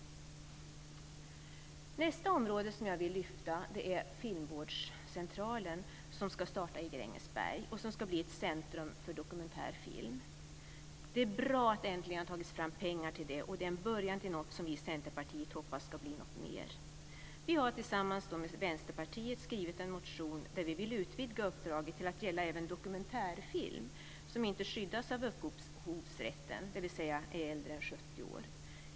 Nästa fråga jag vill lyfta fram är frågan om filmvårdscentralen, som ska starta i Grängesberg och som ska bli ett centrum för dokumentär film. Det är bra att det äntligen har tagits fram pengar till det. Det är en början till något som vi i Centerpartiet hoppas ska bli större. Vi har tillsammans med Vänsterpartiet skrivit en motion, för vi vill utvidga uppdraget till att gälla även dokumentärfilm som inte skyddas av upphovsrätten, dvs. är äldre än 70 år.